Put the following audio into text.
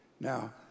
Now